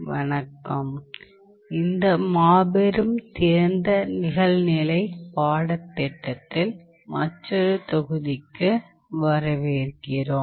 வணக்கம் இந்த மாபெரும் திறந்த நிகழ்நிலை பாடத்திட்டத்தில் மற்றொரு தொகுதிக்கு வரவேற்கிறோம்